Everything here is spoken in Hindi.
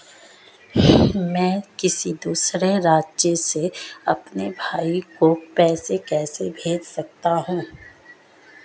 मैं किसी दूसरे राज्य से अपने भाई को पैसे कैसे भेज सकता हूं?